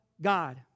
God